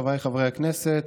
חבריי חברי הכנסת,